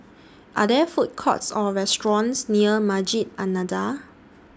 Are There Food Courts Or restaurants near Masjid An Nahdhah